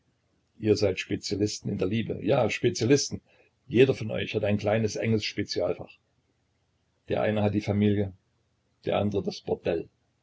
ihr seid spezialisten in der liebe ja spezialisten jeder von euch hat ein kleines enges spezialfach der eine hat die familie der andere das bordell